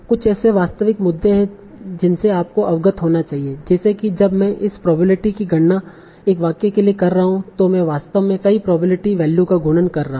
कुछ ऐसे वास्तविक मुद्दे हैं जिनसे आपको अवगत होना चाहिए जैसे कि जब मैं इस प्रोबेबिलिटी की गणना एक वाक्य के लिए कर रहा हूँ तो मैं वास्तव में कई प्रोबेबिलिटी वैल्यू का गुणन कर रहा हूँ